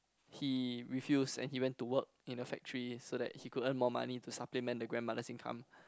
he refuse and he went to work in a factory so that he would earn more money to supplement the grandmother's income